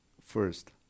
first